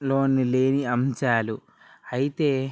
లోని లేని అంశాలు అయితే